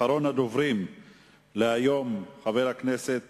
אחרון הדוברים להיום, חבר הכנסת